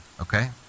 okay